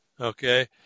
Okay